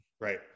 Right